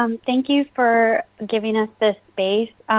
um thank you for giving us this space.